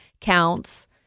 counts